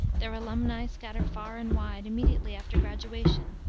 their alumni scatter far and wide immediately after graduation,